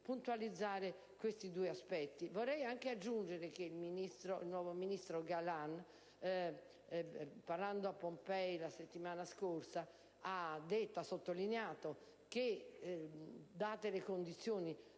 puntualizzare solo questi due aspetti. Vorrei anche aggiungere che il nuovo ministro Galan, parlando a Pompei la settimana scorsa, ha sottolineato che, date le condizioni